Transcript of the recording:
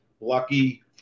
Lucky